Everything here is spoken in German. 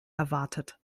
erwartet